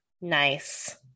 Nice